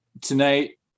Tonight